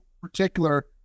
particular